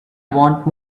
want